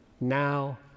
now